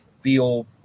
feel